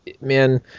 man